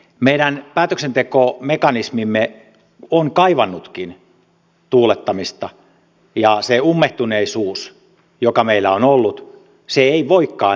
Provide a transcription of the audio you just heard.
meidän päätöksentekomekanismimme on kaivannutkin tuulettamista ja se ummehtuneisuus joka meillä on ollut ei voikaan enää jatkua